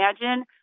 imagine